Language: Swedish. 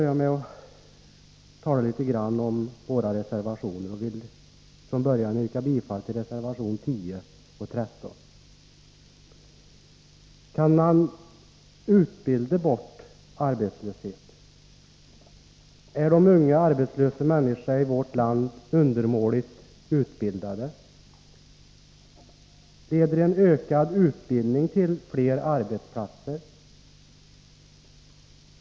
Jag vill tala litet om våra reservationer och vill från början Kan man utbilda bort arbetslöshet? Är de unga arbetslösa människorna i vårt land undermåligt utbildade? Leder en ökad utbildning till fler arbetsplatser?